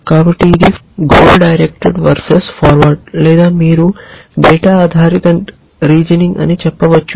కాబట్టి ఇది goal directed versus forward లేదా మీరు డేటా ఆధారిత రీజనింగ్ అని చెప్పవచ్చు